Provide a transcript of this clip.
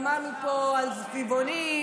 שמענו פה על סביבונים,